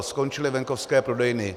Skončily venkovské prodejny.